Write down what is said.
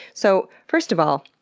so first of all,